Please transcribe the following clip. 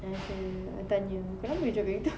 I ada I tanya kenapa you cakap gitu